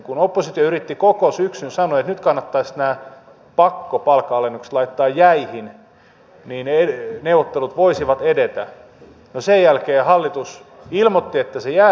kun oppositio yritti koko syksyn sanoa että nyt kannattaisi nämä pakkopalkanalennukset laittaa jäihin ja niin neuvottelut voisivat edetä no sen jälkeen hallitus ilmoitti että se jäädyttää ne